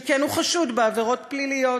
שכן הוא חשוד בעבירות פליליות"